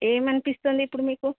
ఏమి అనిపిస్తుంది ఇప్పుడు మీకు